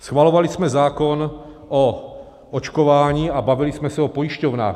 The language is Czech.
Schvalovali jsme zákon o očkování a bavili jsme se o pojišťovnách.